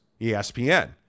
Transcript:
ESPN